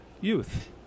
Youth